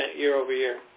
year-over-year